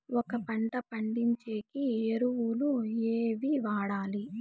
ఒక పంట పండించేకి ఎరువులు ఏవి వాడాలి?